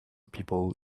people